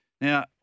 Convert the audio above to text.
Now